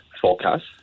forecast